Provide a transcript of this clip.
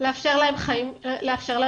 לאפשר להם חיי שגרה,